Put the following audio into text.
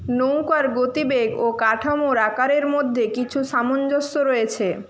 নৌকার গতিবেগ ও কাঠামোর আকারের মধ্যে কিছু সামঞ্জস্য রয়েছে